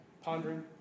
pondering